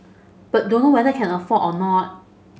but dunno whether can afford or not